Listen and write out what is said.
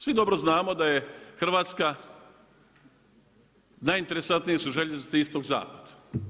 Svi dobro znamo da je Hrvatska, najinteresantnije su željeznice istog zapad.